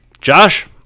Josh